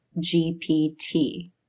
GPT